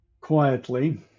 quietly